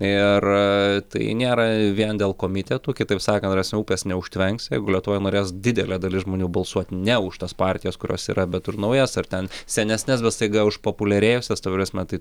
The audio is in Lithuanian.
ir tai nėra vien dėl komitetų kitaip sakant ta prasme upės neužtvenksi jeigu lietuvoj norės didelė dalis žmonių balsuot ne už tas partijas kurios yra bet už naujas ar ten senesnes bet staiga užpopuliarėjusias ta prasme tai